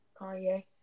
Kanye